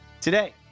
today